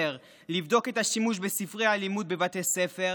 לבדוק את השימוש בספרי הלימוד בבתי ספר,